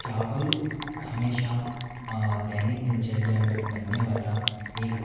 चावल हमेशा दैनिक दिनचर्या में बनने वाला एक